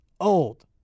old